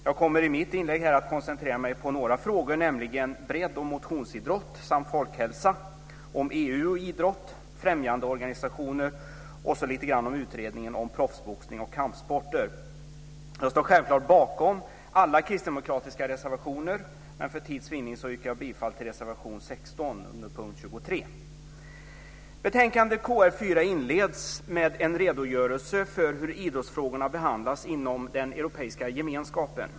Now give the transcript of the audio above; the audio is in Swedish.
Jag kommer i mitt inlägg att koncentrera mig på några frågor, nämligen bredd och motionsidrott samt folkhälsa, EU och idrott och främjandeorganisationer, och så kommer jag att tala lite grann om utredningen om proffsboxning och kampsporter. Jag står självklart bakom alla kristdemokratiska reservationer, men för tids vinning yrkar jag bifall bara till reservation 16 Betänkande KrU4 inleds med en redogörelse för hur idrottsfrågorna behandlas inom den europeiska gemenskapen.